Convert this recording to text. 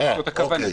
זאת הכוונה.